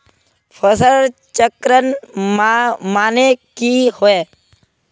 फसल चक्रण माने की होय?